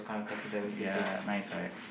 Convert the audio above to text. ya nice right